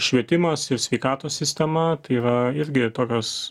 švietimas ir sveikatos sistema tai yra irgi tokios